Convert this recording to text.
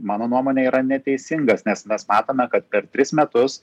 mano nuomone yra neteisingas nes mes matome kad per tris metus